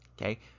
okay